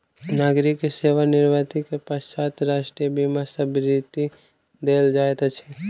नागरिक के सेवा निवृत्ति के पश्चात राष्ट्रीय बीमा सॅ वृत्ति देल जाइत अछि